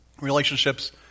Relationships